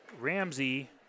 Ramsey